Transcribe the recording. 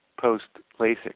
post-LASIK